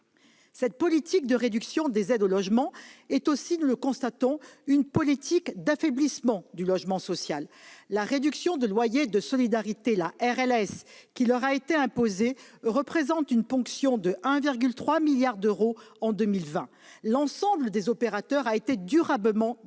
Cette politique de réduction des aides au logement est également- nous le constatons -une politique d'affaiblissement du logement social. La réduction de loyer de solidarité (RLS) qui a été imposée représente une ponction de 1,3 milliard d'euros en 2020. L'ensemble des opérateurs ont été durablement déstabilisés.